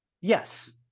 Yes